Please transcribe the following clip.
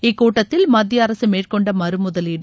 இக்கூட்டத்தில் மத்திய அரசு மேற்கொண்ட மறுமுதலீடு